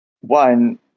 one